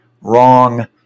wrong